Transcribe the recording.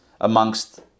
amongst